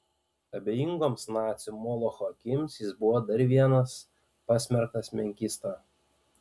abejingoms nacių molocho akims jis buvo dar vienas pasmerktas menkysta